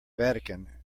vatican